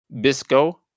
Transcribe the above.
Bisco